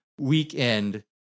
weekend